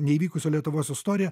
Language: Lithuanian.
neįvykusi lietuvos istorija